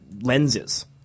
lenses